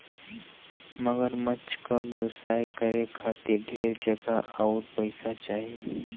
मगरमच्छ क व्यवसाय करे खातिर ढेर जगह आउर पइसा चाही